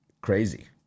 Crazy